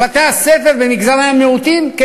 לבתי-הספר במגזרי המיעוטים,